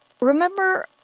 Remember